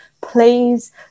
please